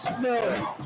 No